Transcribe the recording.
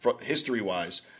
history-wise